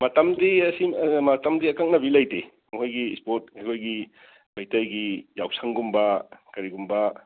ꯃꯇꯝꯗꯤ ꯑꯥ ꯃꯇꯝꯗꯤ ꯑꯀꯛꯅꯕꯤ ꯂꯩꯇꯦ ꯃꯈꯣꯏꯒꯤ ꯏꯁꯄꯣꯔꯠ ꯑꯩꯈꯣꯏꯒꯤ ꯃꯩꯇꯩꯒꯤ ꯌꯥꯎꯁꯪꯒꯨꯝꯕ ꯀꯔꯤꯒꯨꯝꯕ